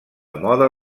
mode